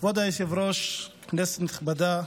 כבוד היושב-ראש, כנסת נכבדה,